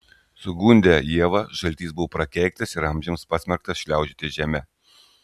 sugundę ievą žaltys buvo prakeiktas ir amžiams pasmerktas šliaužioti žeme